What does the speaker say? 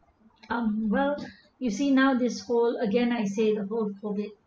um well you see now this whole again I said both of it